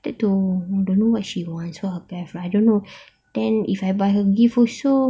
that too I don't know what she wants and I don't know then if I buy her gift also